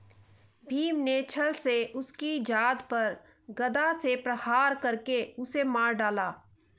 भीम ने छ्ल से उसकी जांघ पर गदा से प्रहार करके उसे मार डाला